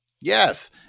Yes